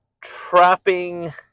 trapping